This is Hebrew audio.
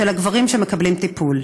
הגברים שמקבלים טיפול.